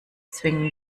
zwingen